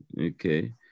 Okay